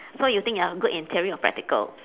so you think you are good in theory or practical